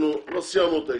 לא סיימנו את הישיבה,